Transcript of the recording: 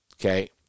okay